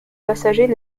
passagers